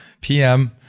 PM